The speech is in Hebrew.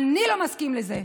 אני לא מסכים לזה.